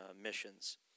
missions